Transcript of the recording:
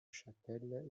chapelle